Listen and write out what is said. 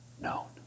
known